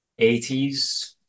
80s